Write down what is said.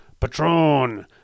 Patron